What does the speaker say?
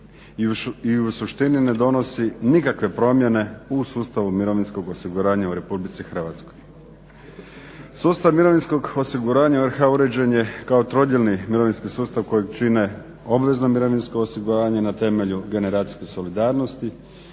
i u suštini ne donosi nikakve promjene u sustavu mirovinskog osiguranja u RH. Sustav mirovinskog osiguranja u RH uređen je kao trodijelni mirovinski sustav kojeg čine obvezno mirovinsko osiguranje na temelju generacijske solidarnosti,